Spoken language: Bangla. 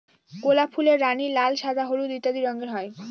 গোলাপ ফুলের রানী, লাল, সাদা, হলুদ ইত্যাদি রঙের হয়